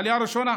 העלייה הראשונה,